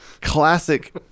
classic